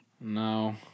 No